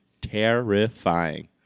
Terrifying